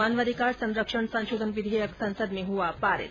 मानवाधिकार संरक्षण संशोधन विधेयक संसद में हुआ पारित